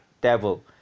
devil